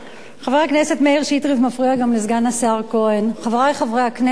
חבר הכנסת מאיר שטרית מפריע גם לסגן השר כהן חברי חברי הכנסת,